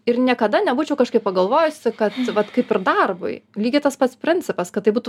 ir niekada nebūčiau kažkaip pagalvojusi kad vat kaip ir darbui lygiai tas pats principas kad tai būtų